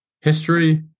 history